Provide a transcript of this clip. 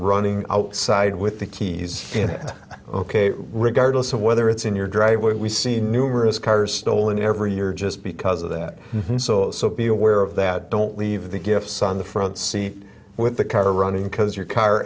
running outside with the keys in it ok regardless of whether it's in your driveway we see numerous cars stolen every year just because of that so so be aware of that don't leave the gifts on the front seat with the car running because your car